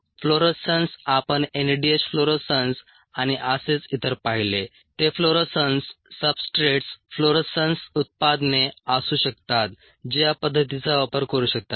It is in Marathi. फ्लोरोसन्स आपण NADH फ्लोरोसन्स आणि असेच इतर पाहिले ते फ्लोरोसन्स सब्सट्रेट्स फ्लोरोसन्स उत्पादने असू शकतात जे या पद्धतीचा वापर करू शकतात